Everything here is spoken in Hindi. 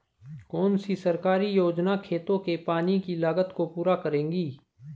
कौन सी सरकारी योजना खेतों के पानी की लागत को पूरा करेगी?